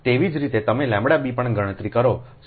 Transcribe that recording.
તેવી જ રીતે તમેʎb પણગણતરી કરો0